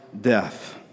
death